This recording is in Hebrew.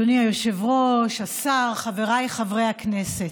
אדוני היושב-ראש, השר, חבריי חברי הכנסת,